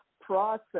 process